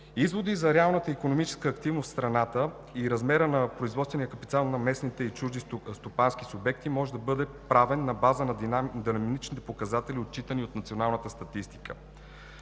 Извод за реалната икономическа активност в страната и размера на производствения капитал на местните и чужди стопански субекти може да бъде направен на база на ендемичните показатели, отчитани от националната статистика.